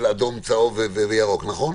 של אדום, צהוב וירוק, נכון?